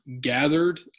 gathered